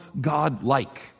God-like